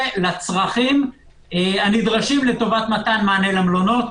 לצרכים הנדרשים לטובת מתן מענה למלונות.